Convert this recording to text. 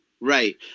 right